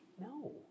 No